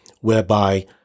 whereby